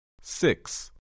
Six